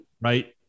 Right